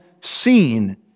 seen